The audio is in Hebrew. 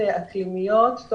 בעזרתו הגדולה של עבדאללה ומשרדו,